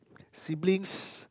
siblings